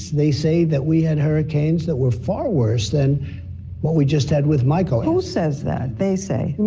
they say that we had hurricanes that were far worse than what we just had with michael who says that? they say?